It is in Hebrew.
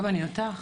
גם אני אותך.